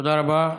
תודה רבה.